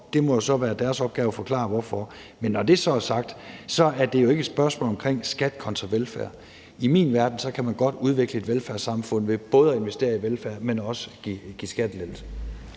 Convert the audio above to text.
Det må så være deres opgave at forklare hvorfor, men når det så er sagt, er det jo ikke et spørgsmål omkring skat kontra velfærd. I min verden kan man godt udvikle et velfærdssamfund ved både at investere i velfærd, men også give skattelettelser.